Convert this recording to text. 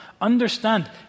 understand